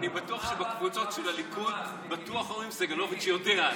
אני בטוח שבקבוצות של הליכוד אומרים: סגלוביץ' יודע,